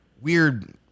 weird